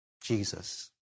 Jesus